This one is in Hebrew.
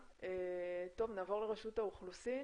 נעבור לאורן אריאב מרשות האוכלוסין.